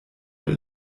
der